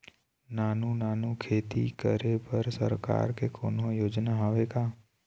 नानू नानू खेती करे बर सरकार के कोन्हो योजना हावे का?